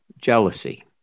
jealousy